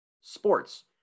sports